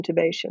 intubation